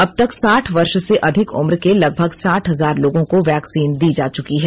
अब तक साठ वर्ष से अधिक उम्र के लगभग साठ हजार लोगों को वैक्सीन दी जा चुकी है